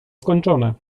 skończone